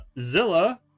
Zilla